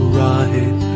right